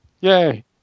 Yay